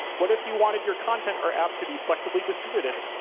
what if you wanted your content or app to be flexibly distributed,